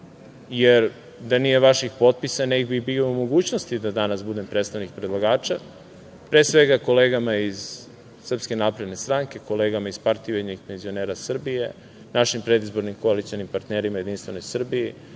jer da nije vaših potpisa ne bih bio u mogućnosti da danas budem predstavnik predlagača, pre svega kolegama iz Srpske napredne stranke, kolegama iz Partije ujedinjenih penzionera Srbije, našim predizbornim koalicionim partnerima iz Jedinstvene Srbije,